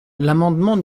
l’amendement